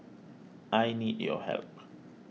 I need your help